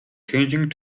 changing